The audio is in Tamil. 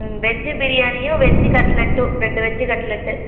ம் வெஜ்ஜு பிரியாணியும் வெஜ்ஜு கட்லட்டும் ரெண்டு வெஜ்ஜு கட்லட்டு